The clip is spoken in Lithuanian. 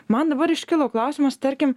man dabar iškilo klausimas tarkim